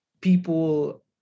people